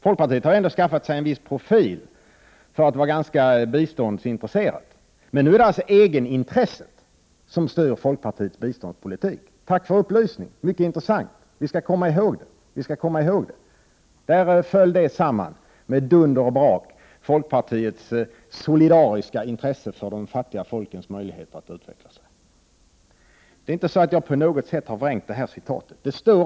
Folkpartiet har skaffat sig en viss profil av att vara ganska biståndsintresserat, men nu är det alltså egenintresset som styr folkpartiets biståndspolitik. Tack för upplysningen! Det var mycket intressant, och det skall vi komma ihåg. Där föll folkpartiets solidariska intresse för de fattiga folkens möjligheter att utvecklas samman med dunder och brak. Jag har inte förvrängt citatet.